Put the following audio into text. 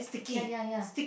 ya ya ya